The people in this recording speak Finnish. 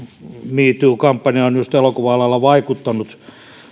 too kampanja on just elokuva alalla vaikuttanut